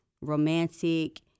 romantic